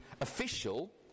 official